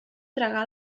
tragar